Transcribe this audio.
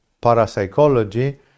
parapsychology